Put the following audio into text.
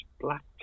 black